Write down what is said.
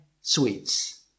sweets